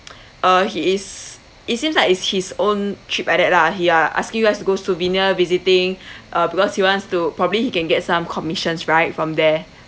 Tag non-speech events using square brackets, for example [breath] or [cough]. [noise] uh he is it seems like it's his own trip like that lah he uh asking you guys to go souvenir visiting [breath] uh because he wants to probably he can get some commissions right from there